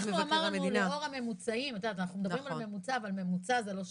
אנחנו מדברים על ממוצע אבל ממוצע זה לא שכיח,